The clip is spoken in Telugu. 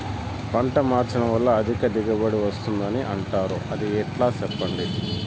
పంట మార్చడం వల్ల అధిక దిగుబడి వస్తుందని అంటారు అది ఎట్లా సెప్పండి